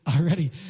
already